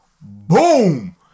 Boom